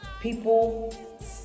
People